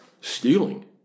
stealing